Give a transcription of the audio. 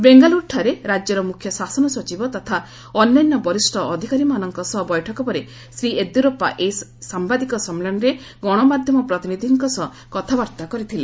ବେଙ୍ଗାଲୁରୁଠାରେ ରାଜ୍ୟର ମୁଖ୍ୟ ଶାସନ ସଚିବ ତଥା ଅନ୍ୟାନ୍ୟ ବରିଷ୍ଠ ଅଧିକାରୀମାନଙ୍କ ସହ ବୈଠକ ପରେ ଶ୍ରୀ ୟେଦିୟୁରାପ୍ସା ଏହି ସାମ୍ବାଦିକ ସମ୍ମିଳନୀରେ ଗଣମାଧ୍ୟମ ପ୍ରତିନିଧିଙ୍କ ସହ କଥାବାର୍ତ୍ତା କରିଥିଲେ